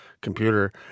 computer